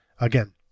Again